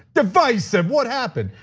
divisive, what happened?